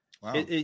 Wow